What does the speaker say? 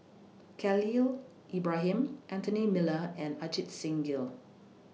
Khalil Ibrahim Anthony Miller and Ajit Singh Gill